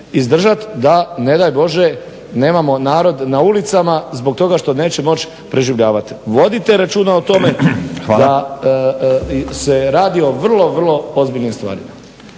izdržati da ne daj Bože nemamo narod na ulicama zbog toga što neće moći preživljavati. Vodite računa o tome da se radi o vrlo, vrlo ozbiljnim stvarima.